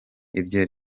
ibyo